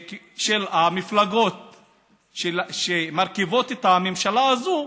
המפלגות שמרכיבות את הממשלה הזאת,